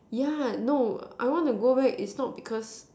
yeah no I want to back it's not because